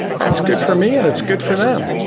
that's good for me and it's good for them.